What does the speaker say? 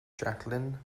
jacqueline